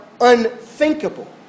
unthinkable